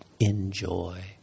enjoy